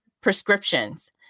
prescriptions